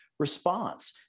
Response